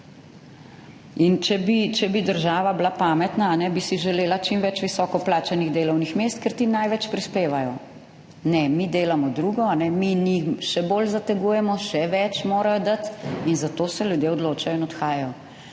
bi, če bi država bila pametna, bi si želela čim več visoko plačanih delovnih mest, ker ti največ prispevajo, ne. Mi delamo drugo, a ne, mi njih še bolj zategujemo, še več morajo dati in zato se ljudje odločajo in odhajajo.